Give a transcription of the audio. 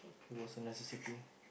it was a necessity